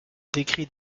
décrit